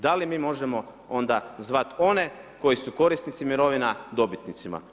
Da li mi možemo onda zvat one koji su korisnici mirovina dobitnicima?